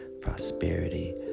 prosperity